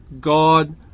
God